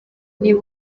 niba